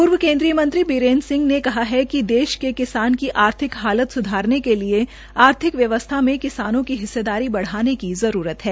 पूर्व केंद्रीय मंत्री बीरेंद्र सिंह ने कहा है कि देश के किसान की आर्थिक हालत सुधारने के लिये आर्थिक व्यवस्था में किसानों की हिस्सेदारी बढ़ाने की जरूरत है